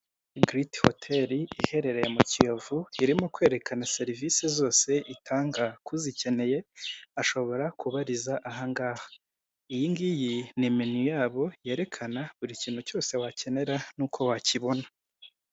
Kiriti hoteri iherereye mu kiyovu irimo kwerekana serivisi zose itanga k'uzikeneye ashobora kubariza ahangaha, iyi ngiyi ni meniyu yabo yerekana buri kintu cyose wakenera n'uko wakibona.